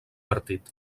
partit